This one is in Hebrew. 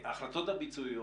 ההחלטות הביצועיות,